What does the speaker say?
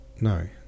No